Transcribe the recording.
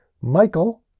Michael